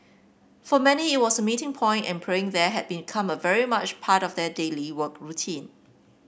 for many it was a meeting point and praying there had become very much a part of their daily work routine